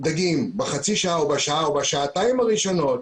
דגים בשעתיים הראשונות